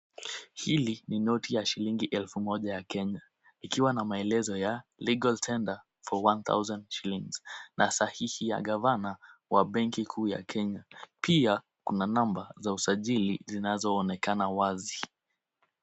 Hili ni noti ya shilingi elfu moja ya Kenya ikiwa na maelezo ya legal tender for one thousand shillings , na sahihi ya gavana wa benki kuu ya Kenya. Pia kuna namba za usajili zinazoonekana wazi.